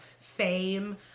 fame